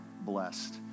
blessed